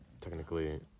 Technically